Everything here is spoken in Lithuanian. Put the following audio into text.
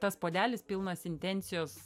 tas puodelis pilnas intencijos